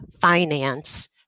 finance